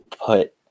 put